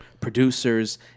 producers